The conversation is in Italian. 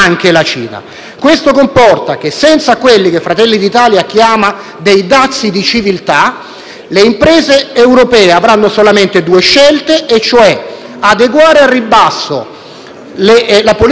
le imprese europee avranno solamente due scelte: adeguare al ribasso la politica salariale e la politica sociale riducendo anche le spese per la tutela dell'ambiente,